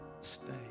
Stay